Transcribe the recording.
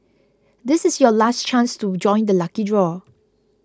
this is your last chance to join the lucky draw